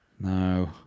no